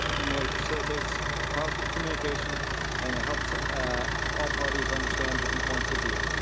emily facilitates positive communication and helps ah all parties understand different points of view.